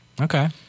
Okay